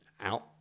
out